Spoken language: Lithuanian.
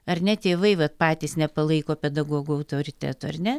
ar ne tėvai vat patys nepalaiko pedagogų autoriteto ar ne